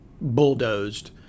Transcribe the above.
bulldozed